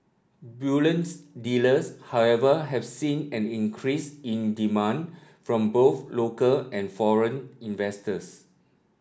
bullions dealers however have seen an increase in demand from both local and foreign investors